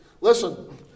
Listen